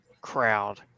crowd